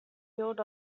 guild